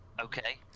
Okay